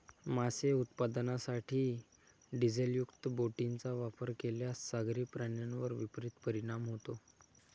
मासे उत्पादनासाठी डिझेलयुक्त बोटींचा वापर केल्यास सागरी प्राण्यांवर विपरीत परिणाम होतो